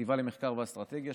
החטיבה למחקר ואסטרטגיה,